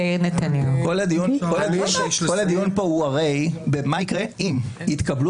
כל הדיון פה הוא הרי מה יקרה אם יתקבלו